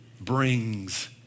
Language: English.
brings